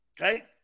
Okay